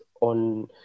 on